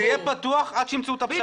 זה יהיה פתוח עד שימצאו את הפשרה.